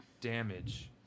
damage